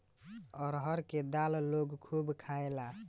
अरहर के दाल लोग खूब खायेला